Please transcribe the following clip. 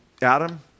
Adam